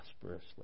prosperously